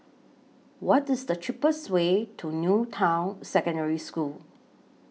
What IS The cheapest Way to New Town Secondary School